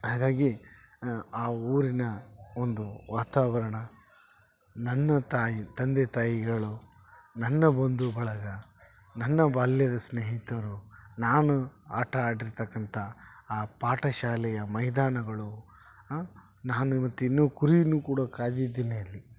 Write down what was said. ಹಾಗಾಗಿ ಆ ಊರಿನ ಒಂದು ವಾತಾವರಣ ನನ್ನ ತಾಯಿ ತಂದೆ ತಾಯಿಗಳು ನನ್ನ ಬಂಧು ಬಳಗ ನನ್ನ ಬಾಲ್ಯದ ಸ್ನೇಹಿತರು ನಾನು ಆಟ ಆಡಿರತಕ್ಕಂತ ಆ ಪಾಠಶಾಲೆಯ ಮೈದಾನಗಳು ನಾನು ಇವತ್ತು ಇನ್ನು ಕುರೀನು ಕೂಡ ಕಾದಿದ್ದೀನಿ ಅಲ್ಲಿ